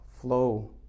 flow